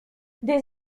des